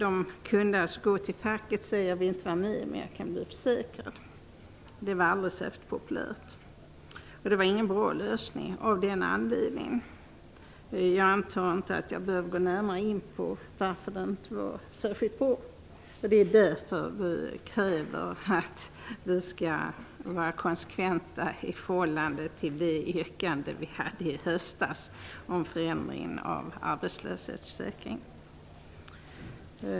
Man kunde alltså gå till facket och säga att man inte längre ville vara med men att man ville vara försäkrad. Det var aldrig särskilt populärt. Och det var ingen bra lösning, men jag tror inte att jag närmare behöver gå in på varför det inte var särskilt bra. Det är därför som vi är konsekventa i förhållande till det yrkande vi hade i höstas om förändringen av arbetslöshetsförsäkringen.